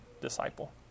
disciple